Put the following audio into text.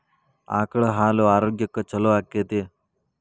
ಆಕಳ ಹಾಲು ಆರೋಗ್ಯಕ್ಕೆ ಛಲೋ ಆಕ್ಕೆತಿ?